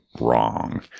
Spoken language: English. wrong